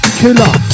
killer